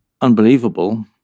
unbelievable